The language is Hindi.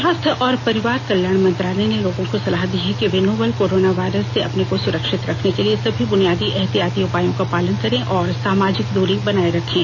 स्वास्थ्य और परिवार कल्याण मंत्रालय ने लोगों को सलाह दी है कि वे नोवल कोरोना वायरस से अपने को सुरक्षित रखने के लिए सभी बूनियादी एहतियाती उपायों का पालन करें और सामाजिक दूरी बनाए रखें